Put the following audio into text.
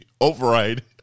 Override